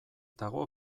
dago